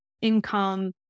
income